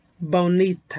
bonita